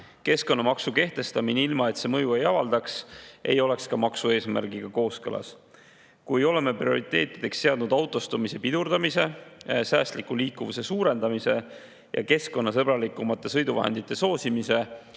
Keskkonnamaks, mis mõju ei avalda, ei oleks maksu eesmärgiga kooskõlas. Kui oleme prioriteetideks seadnud autostumise pidurdamise, säästliku liikuvuse suurendamise ja keskkonnasõbralikumate sõiduvahendite soosimise,